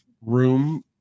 room